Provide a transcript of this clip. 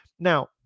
Now